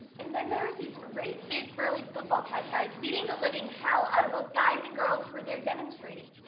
and then there was these great, big, burly football-type guys beating the living hell out of both guys and girls who were there demonstrating.